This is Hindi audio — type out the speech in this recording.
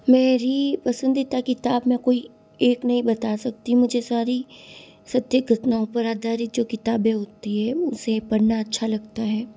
मेरी पसंदीदा किताब में कोई एक नहीं बता सकती मुझे सारी सत्य घटनाओं पर आधारित जो किताबें होती है उसे पढ़ना अच्छा लगता है